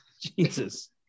Jesus